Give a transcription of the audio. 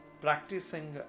practicing